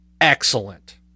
excellent